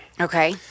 Okay